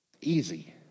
easy